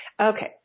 okay